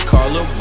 Carla